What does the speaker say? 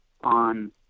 on